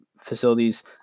facilities